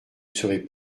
serez